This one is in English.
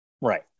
Right